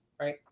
Right